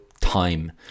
time